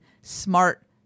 smart